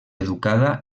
educada